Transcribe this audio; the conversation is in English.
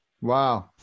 Wow